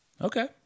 Okay